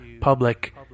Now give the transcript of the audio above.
public